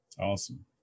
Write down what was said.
Awesome